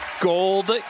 gold